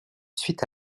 suite